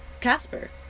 Casper